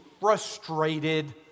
frustrated